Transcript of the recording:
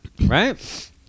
Right